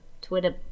Twitter